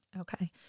Okay